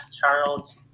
Charles